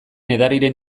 edariren